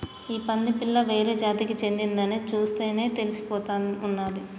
ఈ పంది పిల్ల వేరే జాతికి చెందిందని చూస్తేనే తెలిసిపోతా ఉన్నాది